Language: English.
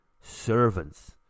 servants